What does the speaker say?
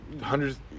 hundreds